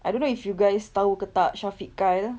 I don't know if you guys tahu ke tak syafiq kyle